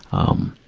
um,